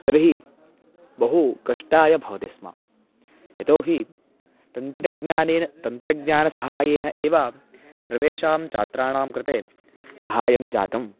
तर्हि बहु कष्टाय भवति स्म यतोहि तन्त्रज्ञानेन तन्त्रज्ञानसहाय्येन एव सर्वेषां छात्राणां कृते सहाय्यं जातम्